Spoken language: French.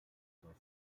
dans